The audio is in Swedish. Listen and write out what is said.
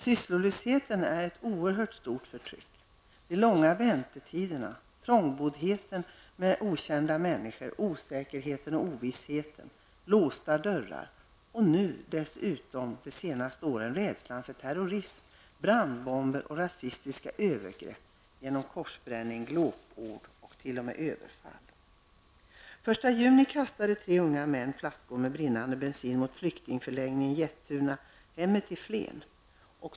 Sysslolösheten är ett oerhört stort förtryck liksom de långa väntetiderna, trångboddheten tillsammans med okända människor, osäkerheten, ovissheten, låsta dörrar och dessutom -- under de senaste åren -- rädslan för terrorism, brandbomber och rasistiska övergrepp genom korsbränning, glåpord och t.o.m. överfall. Den 1 juni kastade tre unga män flaskor med brinnande bensin mot flyktingförläggningen Jättunahemmet i Flen.